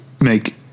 make